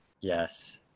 Yes